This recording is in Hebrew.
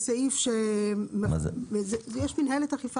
מה זה "סמכותם"?